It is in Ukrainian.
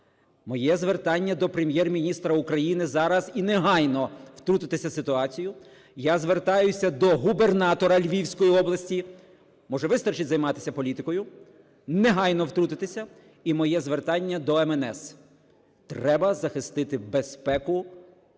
Моє звертання до Прем'єр-міністра України: зараз і негайно втрутитися в ситуацію. Я звертаюся до губернатора Львівської області, може вистачить займатися політикою, негайно втрутитися. І моє звертання до МНС: треба захистити безпеку